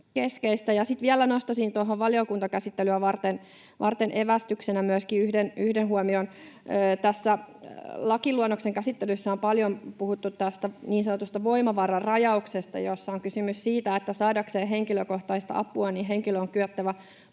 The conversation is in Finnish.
Sitten vielä nostaisin valiokuntakäsittelyä varten evästyksenä myöskin yhden huomion. Tässä lakiluonnoksen käsittelyssä on paljon puhuttu niin sanotusta voimavararajauksesta, jossa on kysymys siitä, että saadakseen henkilökohtaista apua henkilön on kyettävä